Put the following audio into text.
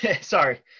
sorry